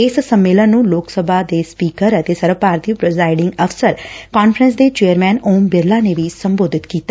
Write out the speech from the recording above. ਇਸ ਸੰਮੇਲਨ ਨੂੰ ਲੋਕ ਸਭਾ ਦੇ ਸਪੀਕਰ ਅਤੇ ਸਰਬ ਭਾਰਤੀ ਪ੍ਜ਼ਾਈਡਿੰਗ ਅਫ਼ਸਰ ਕਾਨਫਰੰਸ ਦੇ ਚੇਅਰਮੈਨ ਓਮ ਬਿਰਲਾ ਨੇ ਵੀ ਸੰਬੋਧਨ ਕੀਤਾ